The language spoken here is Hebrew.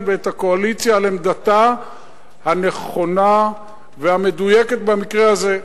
ואת הקואליציה על עמדתה הנכונה והמדויקת במקרה הזה.